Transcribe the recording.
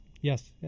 Yes